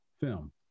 film